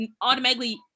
automatically